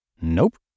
Nope